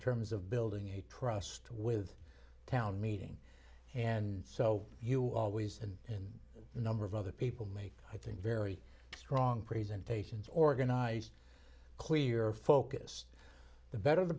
terms of building a trust with town meeting and so you always and and a number of other people make i think very strong praise and patients organized clear focus the better the